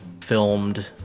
filmed